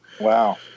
Wow